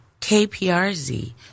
KPRZ